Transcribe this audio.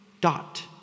dot